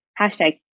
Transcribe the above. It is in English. Hashtag